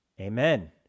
Amen